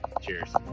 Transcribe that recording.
Cheers